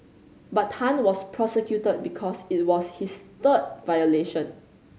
but Tan was prosecuted because it was his third violation